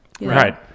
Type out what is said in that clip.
right